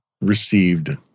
received